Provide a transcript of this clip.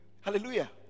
Hallelujah